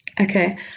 Okay